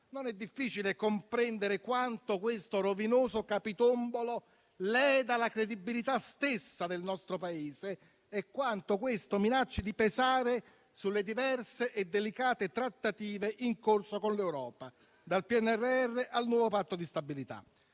Non è difficile comprendere quanto questo rovinoso capitombolo leda la credibilità stessa del nostro Paese e quanto questo minacci di pesare sulle diverse e delicate trattative in corso con l'Europa, dal PNRR al nuovo Patto di stabilità.